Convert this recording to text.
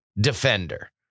defender